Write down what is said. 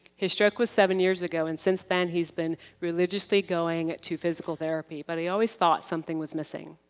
his stroke was seven years ago, and since then he's been religiously going to physical therapy, but he always thought something was missing.